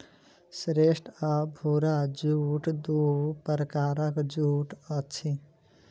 श्वेत आ भूरा जूट दू प्रकारक जूट अछि